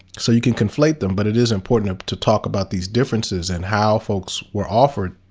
so you can conflate them. but it is important to talk about these differences, and how folks were offered